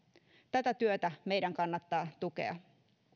tätä työtä meidän kannattaa tukea